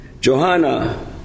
Johanna